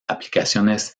aplicaciones